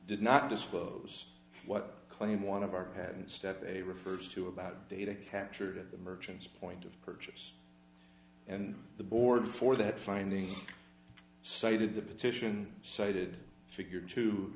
did not disclose what claim one of our patent step a refers to about data captured at the merchant's point of purchase and the board for that finding cited the petition cited the figure two